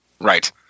Right